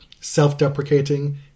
self-deprecating